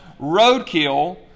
roadkill